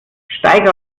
steig